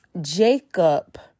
Jacob